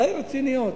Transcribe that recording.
די רציניות,